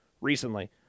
recently